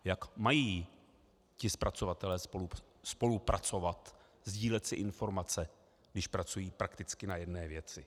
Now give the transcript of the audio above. Jak mají ti zpracovatelé spolupracovat, sdílet si informace, když pracují prakticky na jedné věci?